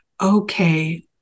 okay